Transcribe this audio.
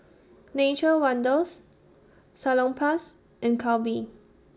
Nature's Wonders Salonpas and Calbee